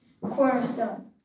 cornerstone